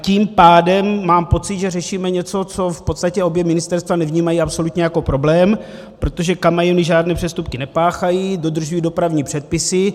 Tím pádem mám pocit, že řešíme něco, co v podstatě obě ministerstva nevnímají absolutně jako problém, protože kamiony žádné přestupky nepáchají, dodržují dopravní předpisy.